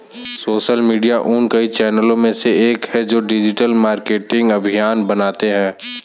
social media उन कई चैनलों में से एक है जो डिजिटल मार्केटिंग अभियान बनाते हैं